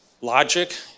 logic